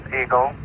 eagle